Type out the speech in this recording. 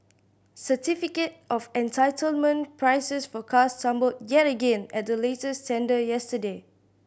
certificate of entitlement prices for cars tumbled yet again at the latest tender yesterday